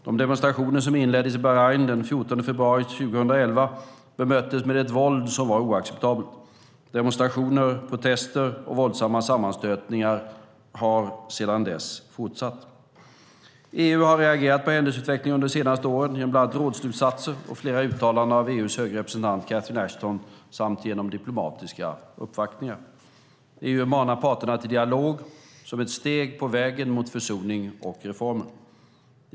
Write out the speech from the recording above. De demonstrationer som inleddes i Bahrain den 14 februari 2011 bemöttes med ett våld som var oacceptabelt. Demonstrationer, protester och våldsamma sammanstötningar har sedan dess fortsatt. EU har reagerat på händelseutvecklingen under det senaste året genom bland annat rådsslutsatser och flera uttalanden av EU:s höga representant Catherine Ashton samt genom diplomatiska uppvaktningar. EU manar parterna till dialog, som ett steg på vägen mot försoning och reformer.